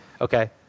okay